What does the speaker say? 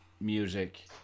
music